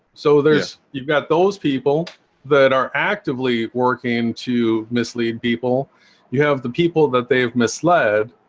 so there's you've got those people that are actively working to mislead people you have the people that they've misled